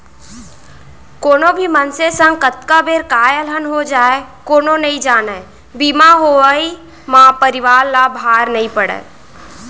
कोनो भी मनसे संग कतका बेर काय अलहन हो जाय कोनो नइ जानय बीमा होवब म परवार ल भार नइ पड़य